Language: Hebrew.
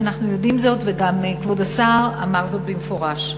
ואנחנו יודעים זאת וגם כבוד השר אמר זאת במפורש.